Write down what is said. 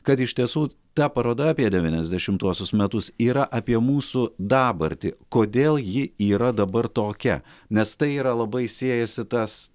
kad iš tiesų ta paroda apie devyniasdešimtuosius metus yra apie mūsų dabartį kodėl ji yra dabar tokia nes tai yra labai siejasi tas